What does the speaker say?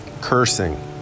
Cursing